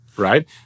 right